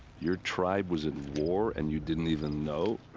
your tribe was at war, and you didn't even know?